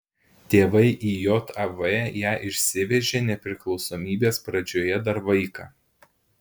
tėvai į jav ją išsivežė nepriklausomybės pradžioje dar vaiką